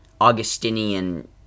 Augustinian